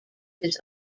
his